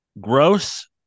gross